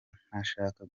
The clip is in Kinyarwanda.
ntashaka